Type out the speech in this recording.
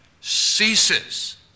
ceases